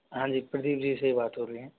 हाँ जी प्रदीप जी से बात हो रही है